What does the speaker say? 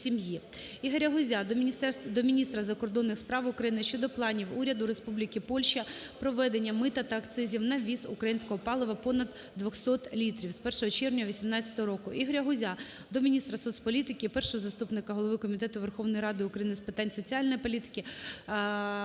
Ігоря Гузя до міністра закордонних справ України щодо планів Уряду Республіки Польща про введення мита та акцизів на ввіз українського палива понад 200 літрів (з 1 червня 2018 року). Ігоря Гузя до міністра соцполітики, першого заступника голови Комітету Верховної Ради України з питань соціальної політики